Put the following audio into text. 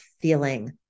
feeling